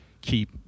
keep